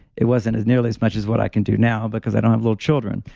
it wasn't as nearly as much as what i can do now because i don't have little children.